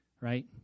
right